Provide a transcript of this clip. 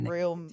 real